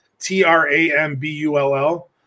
T-R-A-M-B-U-L-L